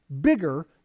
bigger